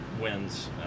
wins